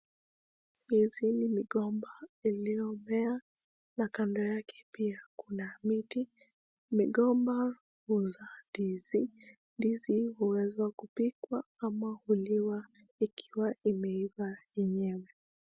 Hizi ni migomba iliyo mea na kando yake pia kuna miti, migomba huzaa ndizi, ndizi huweza kupikwa ama huliwa ikiwa imeiva yenyewe.